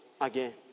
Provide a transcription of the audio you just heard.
again